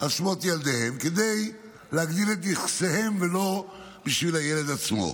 על שמות ילדיהם כדי להגדיל את נכסיהם ולא בשביל הילד עצמו,